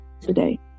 today